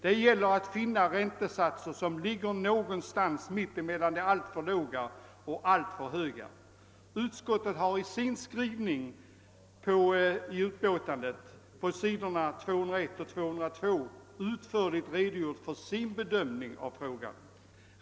Det gäller att finna räntesatser som ligger någonstans mitt emellan de alltför låga och de alltför höga. Utskottet har i sin skrivning på sidorna 201 och 202 i utlåtandet utförligt redogjort för sin bedömning av frågan.